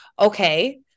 okay